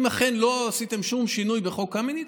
אם אכן לא עשיתם שום שינוי בחוק קמיניץ,